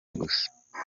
gusa